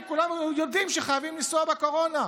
כי כולנו יודעים שחייבים לנסוע בקורונה,